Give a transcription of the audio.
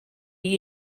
you